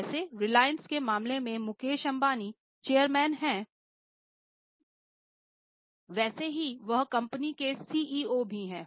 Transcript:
जैसे रिलायंस के मामले में मुकेश अंबानी चेयरमैन हैं वैसे ही वह कंपनी के सीईओ भी हैं